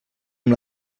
amb